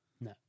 No